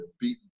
beaten